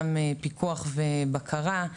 גם פיקוח ובקרה.